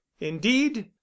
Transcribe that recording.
indeed